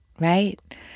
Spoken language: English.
right